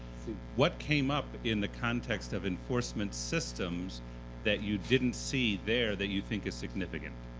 what came up in the context of enforcement systems that you didn't see there that you think is significant?